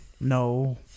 No